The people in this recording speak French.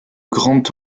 grand